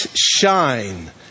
shine